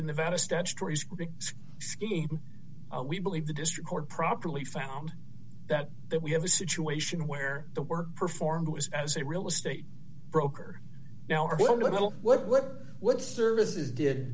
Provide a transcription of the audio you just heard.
the nevada statutory scheme we believe the district court properly found that that we have a situation where the work performed was as a real estate broker now our own little what what services did